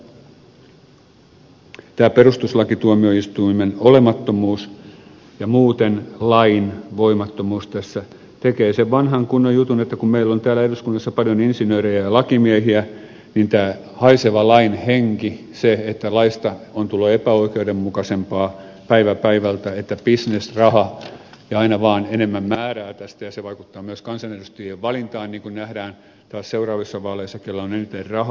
mutta tämä perustuslakituomioistuimen olemattomuus ja muuten lain voimattomuus tässä tekee sen vanhan kunnon jutun että kun meillä on täällä eduskunnassa paljon insinöörejä ja lakimiehiä niin tämä haiseva lain henki tekee sen että laista on tullut epäoikeudenmukaisempaa päivä päivältä niin että bisnes raha aina vaan enemmän määrää tästä ja se vaikuttaa myös kansanedustajien valintaan niin kuin nähdään taas seuraavissa vaaleissa kellä on eniten rahaa